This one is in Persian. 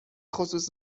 خصوص